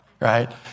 right